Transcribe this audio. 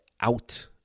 out